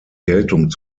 geltung